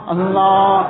Allah